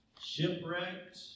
shipwrecked